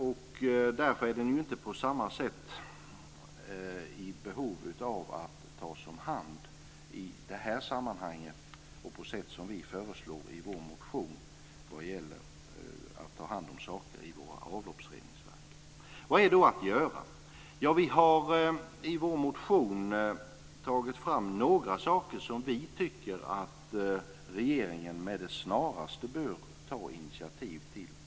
Den är därför inte på samma sätt i behov av att tas om hand i det här sammanhanget och på sätt som vi föreslår i vår motion då det gäller att ta hand om saker i våra avloppsreningsverk. Vad är då att göra? I vår motion har vi tagit fram några saker som vi tycker att regeringen med det snaraste bör ta initiativ till.